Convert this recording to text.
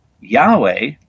Yahweh